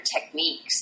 techniques